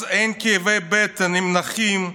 אז אין כאבי בטן עם נכים,